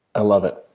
i love it.